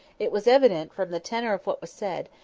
it was evident, from the tenor of what was said,